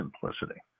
simplicity